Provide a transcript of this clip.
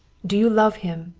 do you love him?